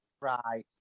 Right